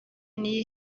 niyo